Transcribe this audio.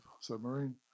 submarine